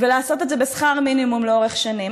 ולעשות את זה בשכר מינימום לאורך שנים?